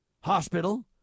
Hospital